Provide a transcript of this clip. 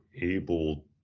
able